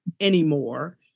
anymore